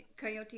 coyote